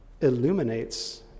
illuminates